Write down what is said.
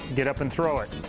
get up and throw it.